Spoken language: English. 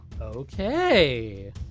Okay